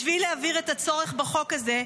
בשביל להבהיר את הצורך בחוק הזה,